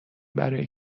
برای